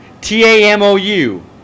T-A-M-O-U